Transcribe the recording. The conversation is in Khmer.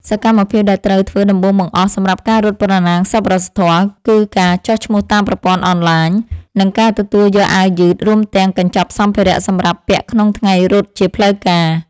សកម្មភាពដែលត្រូវធ្វើដំបូងបង្អស់សម្រាប់ការរត់ប្រណាំងសប្បុរសធម៌ គឺការចុះឈ្មោះតាមប្រព័ន្ធអនឡាញ និងការទទួលយកអាវយឺត រួមទាំងកញ្ចប់សម្ភារៈសម្រាប់ពាក់ក្នុងថ្ងៃរត់ជាផ្លូវការ។